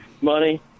money